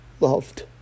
loved